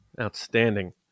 Outstanding